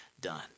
done